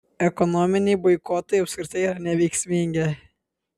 ekonominiai boikotai apskritai yra neveiksmingi